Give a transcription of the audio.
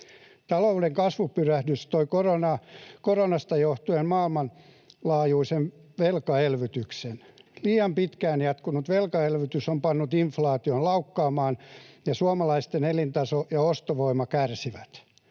Talouden kasvupyrähdyksen toi koronasta johtunut maailmanlaajuinen velkaelvytys. Liian pitkään jatkunut velkaelvytys on pannut inflaation laukkaamaan, ja suomalaisten elintaso ja ostovoima kärsivät.